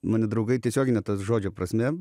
mane draugai tiesiogine to žodžio prasme